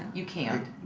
you can't.